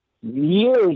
Years